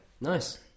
nice